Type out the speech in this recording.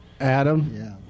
Adam